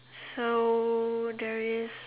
so there is